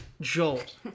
jolt